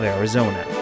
Arizona